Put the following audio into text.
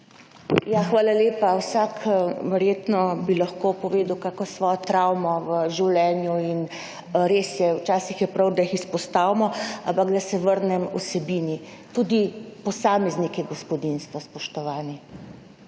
Hvala lepa. Vsak bi verjetno lahko povedal kako svojo travmo v življenju. Res je, včasih je prav, da jih izpostavimo, ampak naj se vrnem k vsebini. Tudi posameznik je gospodinjstvo, spoštovani,